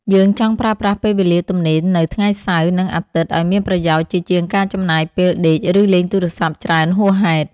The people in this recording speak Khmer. យើងចង់ប្រើប្រាស់ពេលវេលាទំនេរនៅថ្ងៃសៅរ៍ និងអាទិត្យឱ្យមានប្រយោជន៍ជាជាងការចំណាយពេលដេក ឬលេងទូរស័ព្ទច្រើនហួសហេតុ។